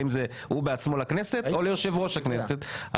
האם זה הוא בעצמו לכנסת או ליושב ראש הכנסת?